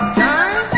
time